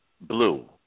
Blue